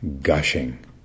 gushing